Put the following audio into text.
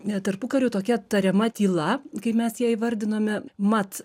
net tarpukariu tokia tariama tyla kaip mes ją įvardinome mat